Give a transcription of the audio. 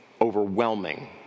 overwhelming